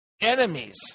enemies